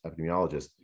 epidemiologist